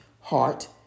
heart